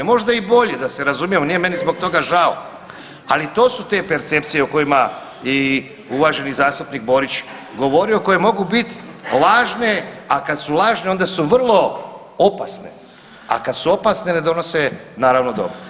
Možda i bolje da se razumijemo nije meni zbog toga žao, ali to su te percepcije o kojima je i uvaženi zastupnik Borić govorio koje mogu bit lažne, a kad su lažne onda su vrlo opasne, a kad su opasne ne donose naravno dobro.